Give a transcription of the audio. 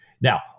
Now